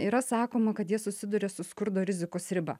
yra sakoma kad jie susiduria su skurdo rizikos riba